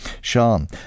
Sean